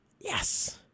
Yes